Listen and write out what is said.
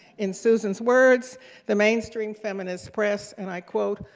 in susan's words the mainstream feminist press, and i quote,